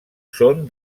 són